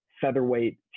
featherweight